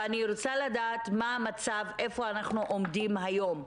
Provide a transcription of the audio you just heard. אני רוצה לדעת מה המצב - איפה אנחנו עומדים היום.